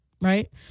right